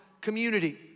community